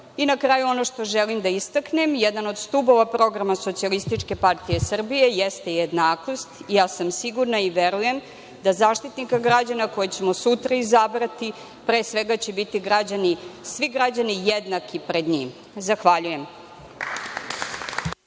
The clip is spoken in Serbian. na kraju ono što želim da istaknem, jedan od stubova programa SPS jeste jednakost, i ja sam sigurna i verujem da Zaštitnika građana kojeg ćemo sutra izabrati, pre svega će biti svi građani jednaki pred njim. Zahvaljujem.